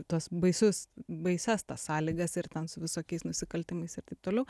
tuos baisius baisias tas sąlygas ir ten su visokiais nusikaltimais ir taip toliau